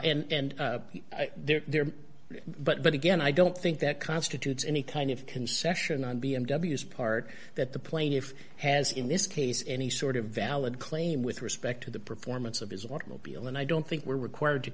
d they're there but again i don't think that constitutes any kind of concession on b m w s part that the plaintiff has in this case any sort of valid claim with respect to the performance of his automobile and i don't think we're required to